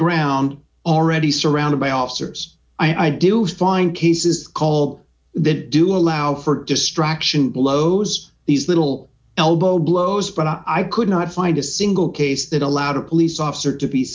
ground already surrounded by officers i do find cases called they do allow for distraction blows these little elbow blows but i could not find a single case that allowed a police officer to be